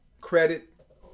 credit